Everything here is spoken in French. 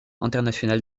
international